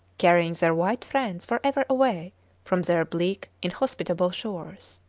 carrying their white friends for ever away from their bleak, inhospitable shores.